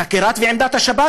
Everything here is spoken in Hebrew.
חקירת ועמדת השב"כ,